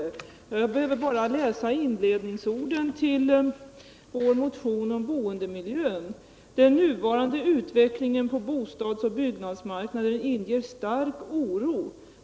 För att bevisa det behöver jag bara läsa inledningsorden i vår motion om boendemiljön: "Den nuvarande utvecklingen på bostads och byggnadsmarknaden inger stark oro.